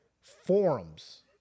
forums